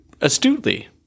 astutely